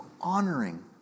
honoring